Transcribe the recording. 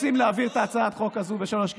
הם לא באמת רוצים להעביר את הצעת החוק הזו בשלוש קריאות.